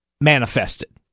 manifested